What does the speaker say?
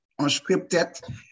unscripted